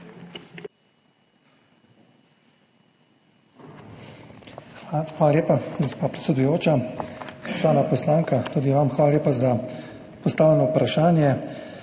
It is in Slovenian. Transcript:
Hvala lepa, gospa predsedujoča. Spoštovana poslanka, tudi vam hvala lepa za postavljeno vprašanje.